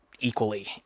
equally